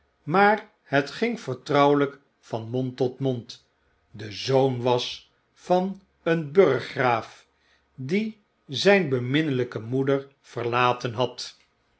maar het ging vertrouwelyk van mond tot mond de zoon was van een burggraaf die zijn beminnelyke moeder verlaten had